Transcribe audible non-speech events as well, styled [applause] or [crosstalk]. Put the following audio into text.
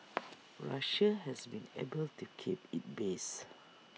[noise] Russia has been able to keep its base